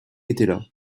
étaient